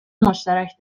مشترک